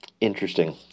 interesting